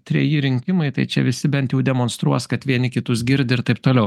treji rinkimai tai čia visi bent jau demonstruos kad vieni kitus girdi ir taip toliau